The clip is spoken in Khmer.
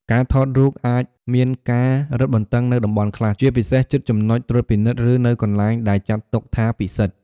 ការថតរូបអាចមានការរឹតបន្តឹងនៅតំបន់ខ្លះ ជាពិសេស ជិតចំណុចត្រួតពិនិត្យ ឬនៅកន្លែងដែលចាត់ទុកថាពិសិដ្ឋ។